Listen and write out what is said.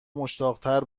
مشتاقتر